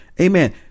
Amen